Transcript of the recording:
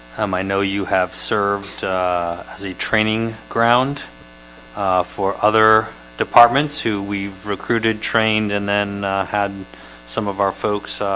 um i know you have served as a training ground for other departments who we've recruited trained and then had some of our folks